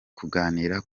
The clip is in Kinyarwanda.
kuganira